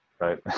right